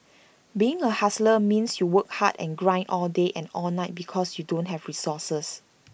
being A hustler means you work hard and grind all day and all night because you don't have resources